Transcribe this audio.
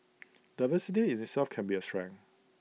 diversity in itself can be A strength